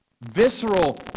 visceral